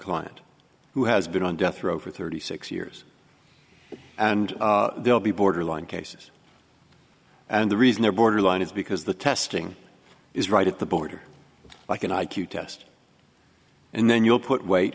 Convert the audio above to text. client who has been on death row for thirty six years and they'll be borderline cases and the reason they're borderline is because the testing is right at the border like an i q test and then you'll put weight